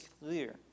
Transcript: clear